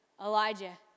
Elijah